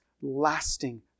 lasting